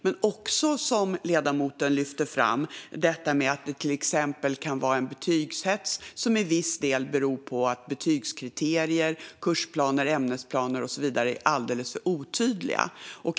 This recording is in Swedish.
Men som ledamoten lyfter fram kan en annan faktor vara detta med betygshets, som till viss del beror på att betygskriterier, kursplaner, ämnesplaner och så vidare är alldeles för otydliga.